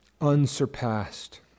unsurpassed